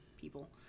people